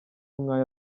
nk’aya